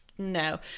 No